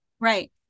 Right